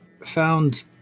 found